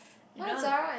you know